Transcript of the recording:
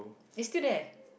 they still there